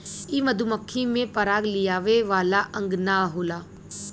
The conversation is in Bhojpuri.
इ मधुमक्खी में पराग लियावे वाला अंग ना होला